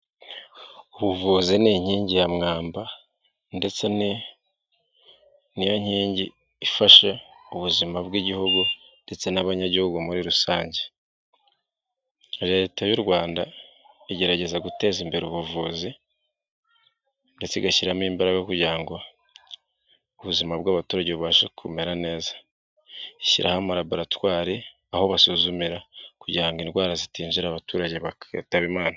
Ubuvuzi ni inkingi ya mwamba ndetse niyo nkingi ifasha ubuzima bw'igihugu ndetse n'abanyagihugu muri rusange. Leta y'u rwanda igerageza guteza imbere ubuvuzi ndetse igashyiramo imbaraga kugirango ngo ubuzima bw'abaturage bubashe kumera neza. Ishyira laboratwari, aho basuzumira kugira ngo indwara zitinjira abaturage bakitaba imana.